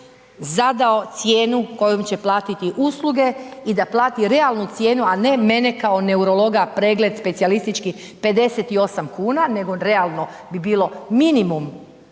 zadao cijenu kojom će platiti usluge i da plati realnu cijenu a ne mene kao neurologa, pregled specijalistički 58 kn nego realno bi bilo minimum